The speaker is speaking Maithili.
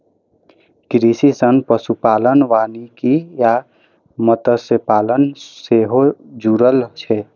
कृषि सं पशुपालन, वानिकी आ मत्स्यपालन सेहो जुड़ल छै